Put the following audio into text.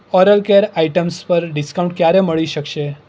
oral care items પર discount ક્યારે મળી શકશે